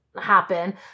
happen